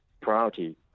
priority